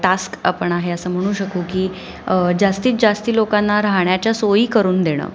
task आपण आहे असं म्हणू शकू की जास्तीत जास्त लोकांना राहण्याच्या सोयी करून देणं